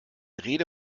rede